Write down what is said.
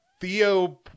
Theo